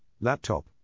laptop